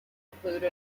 include